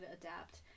adapt